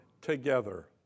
together